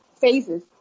phases